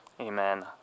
Amen